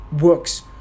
works